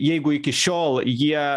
jeigu iki šiol jie